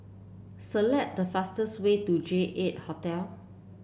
select the fastest way to J eight Hotel